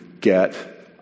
get